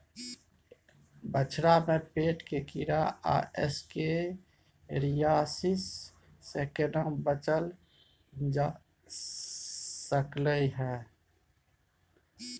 बछरा में पेट के कीरा आ एस्केरियासिस से केना बच ल जा सकलय है?